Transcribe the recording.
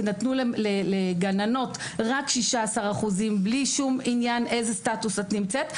נתנו לגננות רק 16% בלי שום עניין באיזה סטטוס הגננת נמצאת,